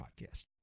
podcast